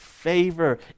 favor